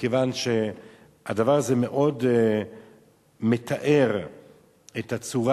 מכיוון שהדבר הזה מתאר היטב את הצורה